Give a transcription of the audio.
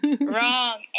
Wrong